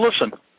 listen